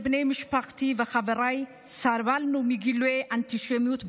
בני משפחתי וחבריי סבלנו מגילויי אנטישמיות בעיר,